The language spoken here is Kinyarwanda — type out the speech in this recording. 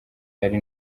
ari